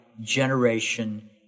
generation